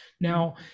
now